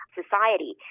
society